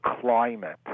climate